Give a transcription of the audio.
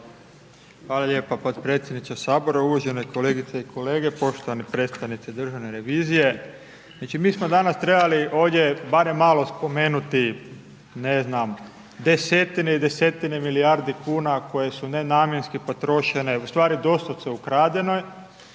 Hvala lijepo potpredsjedniče Sabora, uvažene kolegice i kolege, poštovani predstavnici Državne revizije. Znači mi smo danas trebali ovdje, barem malo spomenuti ne znam, 10 i 10 milijarde kuna, koji su nenamjenske potrošene, ustvari doslovce ukradene,